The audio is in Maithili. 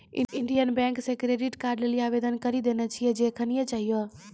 इन्डियन बैंक से क्रेडिट कार्ड लेली आवेदन करी देले छिए जे एखनीये चाहियो